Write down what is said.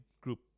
group